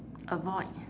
avoid